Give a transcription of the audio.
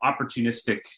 opportunistic